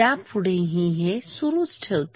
यापुढेही हे सुरू ठेवते